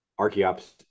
Archeops